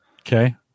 Okay